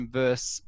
verse